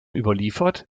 überliefert